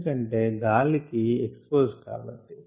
ఎందుకంటే గాలికి ఎక్సపోజ్ కాబట్టి